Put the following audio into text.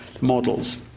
models